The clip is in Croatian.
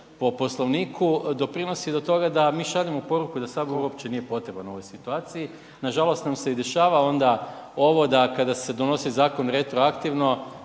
po Poslovniku, doprinosi do toga da mi šaljemo poruku da sabor uopće nije potreban u ovoj situaciji. Nažalost nam se i dešava onda ovo da kada se donosi zakon retroaktivno